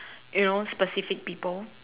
you know specific people